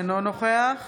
אינו נוכח